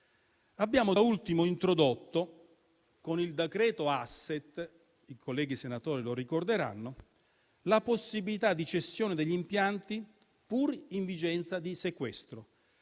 Abbiamo da ultimo introdotto con il decreto *asset* - i colleghi senatori lo ricorderanno - la possibilità di cessione degli impianti pur in vigenza di sequestro,